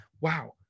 wow